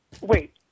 Wait